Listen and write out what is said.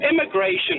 immigration